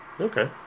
Okay